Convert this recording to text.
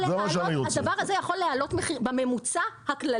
הדבר הזה יכול להעלות את הממוצע הכללי.